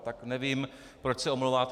Tak nevím, proč se omlouváte.